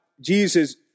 Jesus